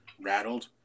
rattled